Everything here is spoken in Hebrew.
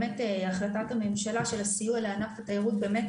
החלטת הממשלה של הסיוע לענף התיירות באמת